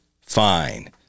Fine